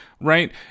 right